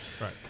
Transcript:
Right